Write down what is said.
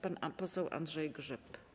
Pan poseł Andrzej Grzyb.